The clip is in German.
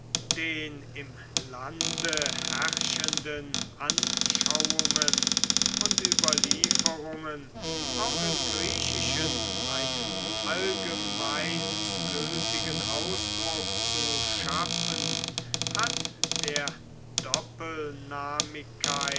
den im lande herrschenden anschauungen und überlieferungen auch im griechischen einen allgemein gültigen ausdruck zu schaffen hat der